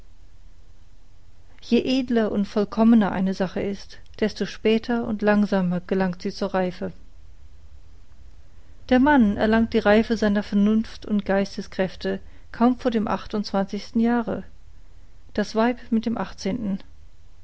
je edler und vollkommener eine sache ist desto später und langsamer gelangt sie zur reife der mann erlangt die reife seiner vernunft und geisteskräfte kaum vor dem acht und zwanzigsten jahre das weib mit dem achtzehnten